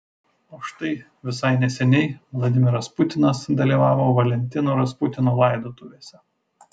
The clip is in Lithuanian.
o štai visai neseniai vladimiras putinas dalyvavo valentino rasputino laidotuvėse